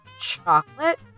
chocolate